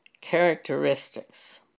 characteristics